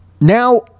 now